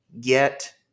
Get